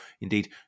indeed